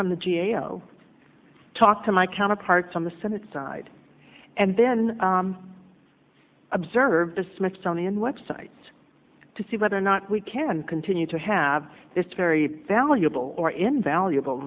from the g a o talk to my counterparts on the senate side and then observe the smithsonian web sites to see whether or not we can continue to have this very valuable or invaluable